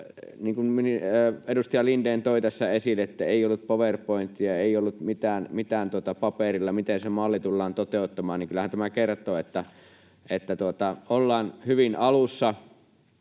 kuin edustaja Lindén toi tässä esille, ei ollut PowerPointia eikä ollut mitään paperilla, miten se malli tullaan toteuttamaan, ja kyllähän tämä kertoo, että ollaan hyvin alussa,